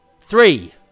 three